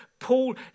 Paul